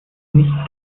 nicht